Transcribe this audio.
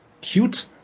cute